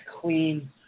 clean